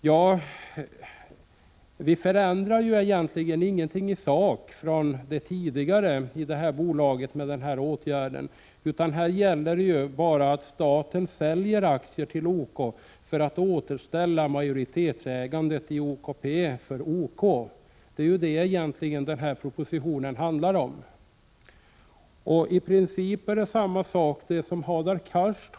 Den nu föreslagna åtgärden innebär inte någon förändring i sak. Vad det gäller är bara att staten skall sälja aktier till OK för att återställa OK:s majoritetsägande i OKP. Det är det som propositionen handlar om. Hadar Cars tar i princip upp samma sak som Per-Richard Molén.